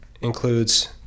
includes